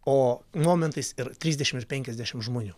o momentais ir trisdešimt ir penkiasdešimt žmonių